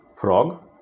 frog